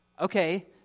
okay